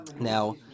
Now